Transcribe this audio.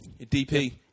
DP